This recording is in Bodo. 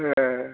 ए